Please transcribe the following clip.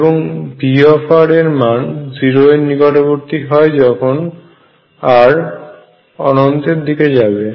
এবং V এর মান 0 এর নিকটবর্তী হয় যখন r অনন্তের দিকে যাবে